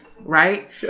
right